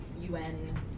UN